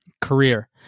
career